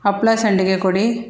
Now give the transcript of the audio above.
ಹಪ್ಪಳಾ ಸಂಡಿಗೆ ಕೊಡಿ